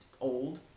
old